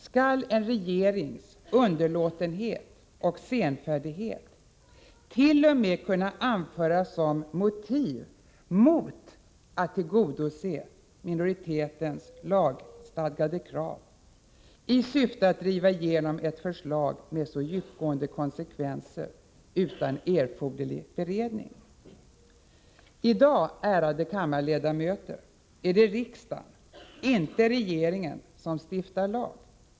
Skall en regerings underlåtenhet och senfärdighet t.o.m. kunna anföras som motiv för att inte tillgodose minoritetens lagstadgade krav, i syfte att utan erforderlig beredning driva igenom ett förslag med så djupgående konsekvenser. I dag, ärade kammarledamöter, är det riksdagen — inte regeringen — som stiftar lag.